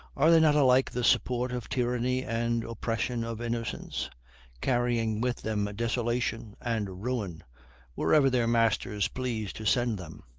are they not alike the support of tyranny and oppression of innocence, carrying with them desolation and ruin wherever their masters please to send them?